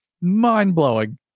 mind-blowing